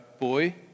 boy